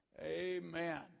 Amen